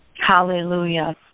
Hallelujah